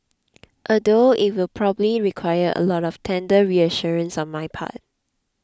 although it will probably require a lot of tender reassurances on my part